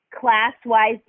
class-wise